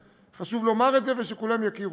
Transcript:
וחשוב לומר את זה, ושכולם יכירו.